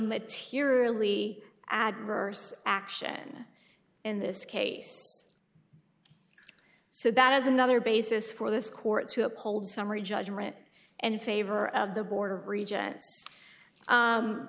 materially adverse action in this case so that as another basis for this court to uphold summary judgment and in favor of the border region